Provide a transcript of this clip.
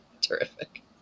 Terrific